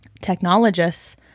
technologists